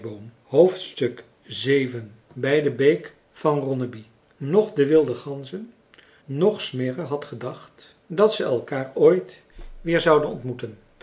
vii bij de beek van ronneby noch de wilde ganzen noch smirre had gedacht dat ze elkaar ooit weer zouden ontmoeten